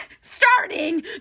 starting